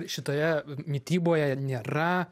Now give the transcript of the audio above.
šitoje mityboje nėra